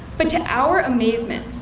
but to our amazement,